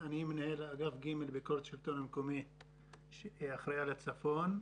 מנהל אגף ג' ביקורת שלטון מקומי שאחראי על הצפון.